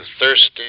thirsty